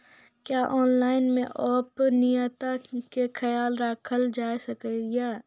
क्या ऑनलाइन मे गोपनियता के खयाल राखल जाय सकै ये?